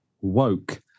woke